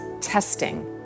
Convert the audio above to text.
testing